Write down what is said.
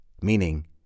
meaning